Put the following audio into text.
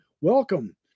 Welcome